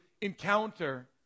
encounter